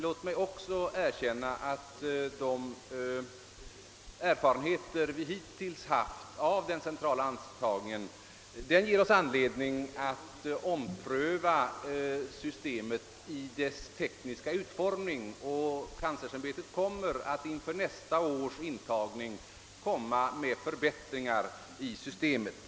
Låt mig också erkänna att de erfarenheter vi hittills haft av den centrala antagningen ger oss anledning att ompröva systemet i dess tekniska utformning. Universitetskanslersämbetet kommer att inför nästa års intagning lämna förslag till förbättringar av systemet.